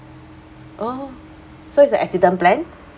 oh so it's a accident plan